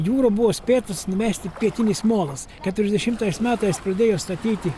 jūra buvo spėtas numesti pietinis molas keturiasdešimtais metais pradėjo statyti